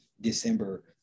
December